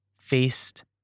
faced